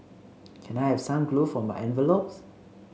can I have some glue for my envelopes